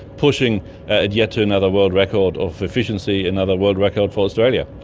pushing ah it yet to another world record of efficiency, another world record for australia.